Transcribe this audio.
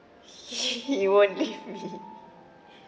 he won't leave me